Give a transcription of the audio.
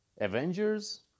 Avengers